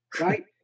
right